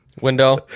Window